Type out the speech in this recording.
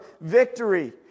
victory